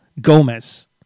Gomez